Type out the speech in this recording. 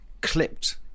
clipped